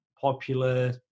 popular